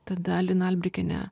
tada lina albrikienė